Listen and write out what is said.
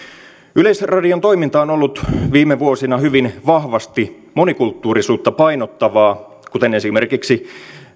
yleisradion toiminta on ollut viime vuosina hyvin vahvasti monikulttuurisuutta painottavaa kuten esimerkiksi